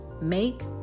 Make